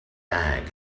bag